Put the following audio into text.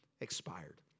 expired